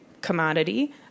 commodity